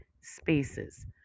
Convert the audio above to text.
spaces